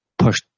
push